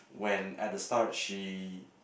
when at the start she